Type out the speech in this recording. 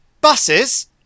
Buses